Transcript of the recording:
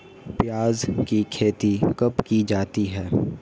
प्याज़ की खेती कब की जाती है?